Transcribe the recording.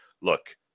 look